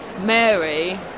Mary